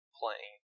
playing